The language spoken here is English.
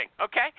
okay